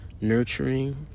nurturing